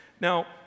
Now